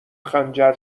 خنجر